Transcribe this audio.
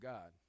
God